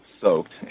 soaked